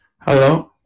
Hello